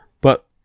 But